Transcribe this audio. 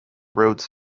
roads